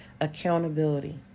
accountability